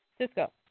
Cisco